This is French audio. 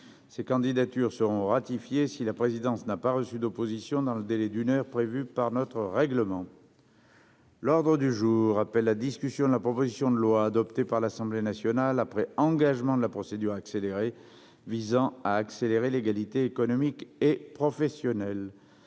Ces candidatures seront ratifiées si la présidence n'a pas reçu d'opposition dans le délai d'une heure prévu par notre règlement. L'ordre du jour appelle la discussion de la proposition de loi, adoptée par l'Assemblée nationale après engagement de la procédure accélérée, visant à accélérer l'égalité économique et professionnelle